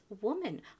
woman